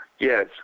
Yes